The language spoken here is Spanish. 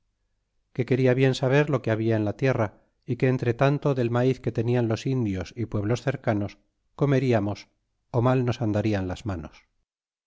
que seria bien saber lo que habia en la tierra y que entretanto del maíz que tenian los indios y pueblos cercanos comeriamos ó mal nos andarian las manos